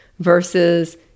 versus